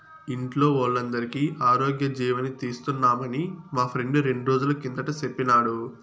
ఇంట్లో వోల్లందరికీ ఆరోగ్యజీవని తీస్తున్నామని మా ఫ్రెండు రెండ్రోజుల కిందట సెప్పినాడు